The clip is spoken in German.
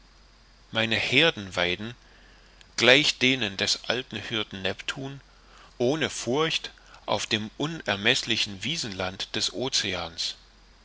meine heerden weiden gleich denen des alten hirten neptun ohne furcht auf dem unermeßlichen wiesenland des oceans